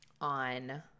on